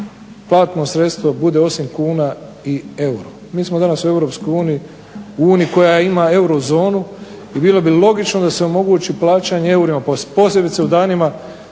platno sredstvo bude 8 kuna i euro. Mi smo danas u EU, uniji koja ima eurozonu i bilo bi logično da se omogući plaćanje eurima posebice u danima,